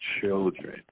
children